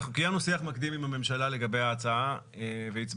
אנחנו קיימנו שיח מקדים עם הממשלה לגבי ההצעה והצבענו